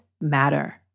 matter